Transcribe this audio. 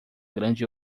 grande